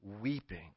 weeping